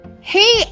Hey